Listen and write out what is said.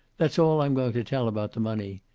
that's all i'm going to tell about the money.